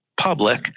public